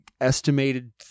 estimated